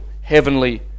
heavenly